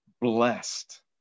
blessed